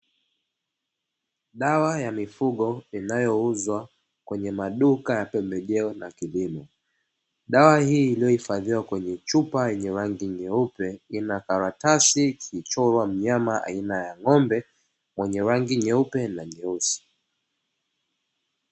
Dawa ya mifugo inayouzwa kwenye maduka ya pembejeo na kilimo, dawa hii iliyohifadhiwa kwenye chupa yenye rangi nyeupe ina karatasi ikichorwa mnyama aina ya ng'ombe, mwenye rangi nyeupe na nyeusi.